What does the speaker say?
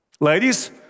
Ladies